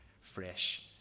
fresh